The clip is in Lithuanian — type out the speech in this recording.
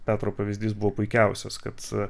petro pavyzdys buvo puikiausias kad